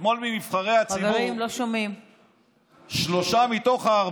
אתמול מנבחרי הציבור, חברים, לא שומעים.